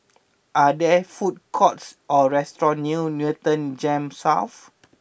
are there food courts or restaurants near Newton Gems South